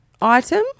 item